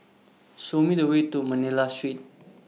Show Me The Way to Manila Street